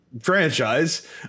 franchise